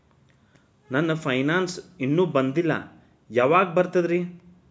ನನ್ನ ಪೆನ್ಶನ್ ಇನ್ನೂ ಬಂದಿಲ್ಲ ಯಾವಾಗ ಬರ್ತದ್ರಿ?